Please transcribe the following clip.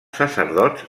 sacerdots